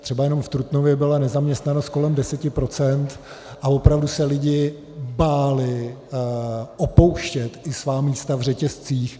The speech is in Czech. Třeba jenom v Trutnově byla nezaměstnanost kolem deseti procent a opravdu se lidé báli opouštět i svá místa v řetězcích.